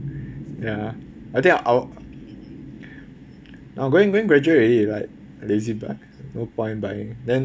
ya I think I'll I'm going going graduate already right I lazy buy no point buying then